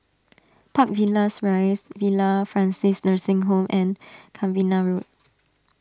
Park Villas Rise Villa Francis Nursing Home and Cavenagh Road